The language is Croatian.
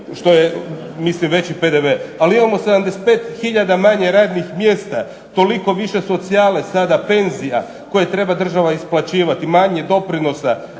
što je mislim veći PDV, ali imamo 75 tisuća manje radnih mjesta, toliko više socijale, sada penzija koje treba država isplaćivati. Manje doprinosa,